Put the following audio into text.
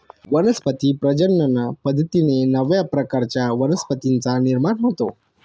वनस्पती प्रजनन पद्धतीने नव्या प्रकारच्या वनस्पतींचा निर्माण होतो